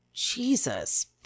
Jesus